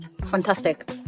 fantastic